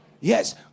Yes